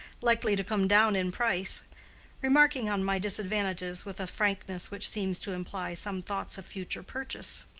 likely to come down in price remarking on my disadvantages with a frankness which seems to imply some thoughts of future purchase.